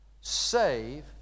save